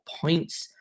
points